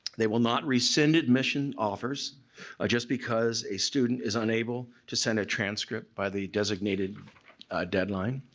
they will not rescind admission offers ah just because a student is unable to send a transcript by the designated deadline.